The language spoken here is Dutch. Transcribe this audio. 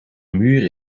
muur